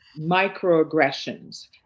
microaggressions